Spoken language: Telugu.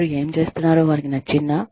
వారు ఏమి చేస్తున్నారో వారికి నచ్చిందా